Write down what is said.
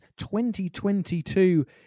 2022